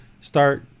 start